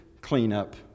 cleanup